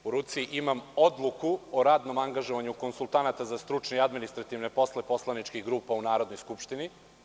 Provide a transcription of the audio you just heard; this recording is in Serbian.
U ruci imam Odluku o radnom angažovanju konsultanata za stručne i administrativne poslove poslaničkih grupa u Narodnoj skupštini.